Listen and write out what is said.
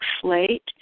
slate